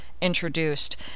introduced